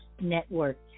Network